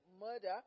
murder